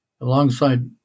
Alongside